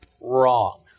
wrong